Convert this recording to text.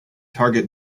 target